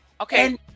Okay